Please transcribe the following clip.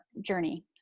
journey